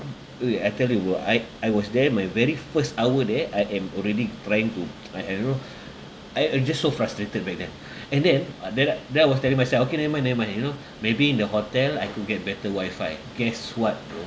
!oi! I tell you bro I I was there my very first hour there I am already trying to like uh know I am just so frustrated back then and then uh then ah then I was telling myself okay never mind never mind you know maybe in the hotel I could get better wifi guess what bro